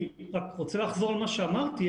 אני רוצה לחזור על מה שאמרתי.